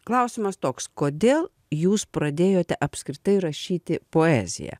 klausimas toks kodėl jūs pradėjote apskritai rašyti poeziją